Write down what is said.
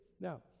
Now